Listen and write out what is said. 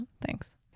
Thanks